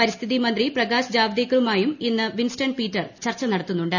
പരിസ്ഥിതി മന്ത്രി പ്രകാശ് ജാവ്ദേക്കറുമായും ഇന്ന് വിൻസ്റ്റൺ പീറ്റർ ചർച്ച നടത്തുന്നുണ്ട്